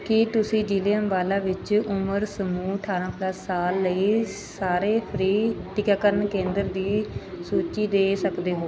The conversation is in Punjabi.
ਕੀ ਤੁਸੀਂ ਜਿਲ੍ਹੇ ਅੰਬਾਲਾ ਵਿੱਚ ਉਮਰ ਸਮੂਹ ਅਠਾਰਾਂ ਪਲੱਸ ਸਾਲ ਲਈ ਸਾਰੇ ਫ੍ਰੀ ਟੀਕਾਕਰਨ ਕੇਂਦਰ ਦੀ ਸੂਚੀ ਦੇ ਸਕਦੇ ਹੋ